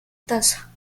taza